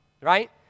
right